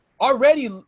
Already